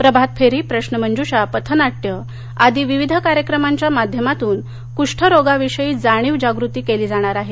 प्रभातफेरी प्रश्नमंज्षा पथनाट्य आदी विविध कार्यक्रमांच्या माध्यमातून क्ष्ठरोगाविषयी जाणीवजाग़ती केली जाणार आहे